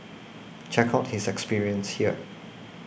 check out his experience here